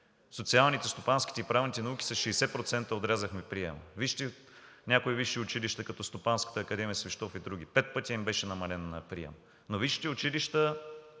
социалните, стопанските и правните науки с 60% отрязахме приема. Вижте някои висши училища, като Стопанската академия в Свищов и други – пет пъти им беше намален приемът. Но висшите училища